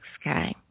sky